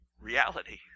reality